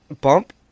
bump